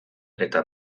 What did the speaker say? eta